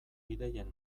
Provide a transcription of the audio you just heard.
ideien